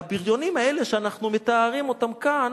ה"בריונים" האלה שאנחנו מתארים כאן